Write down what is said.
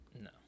no